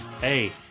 Hey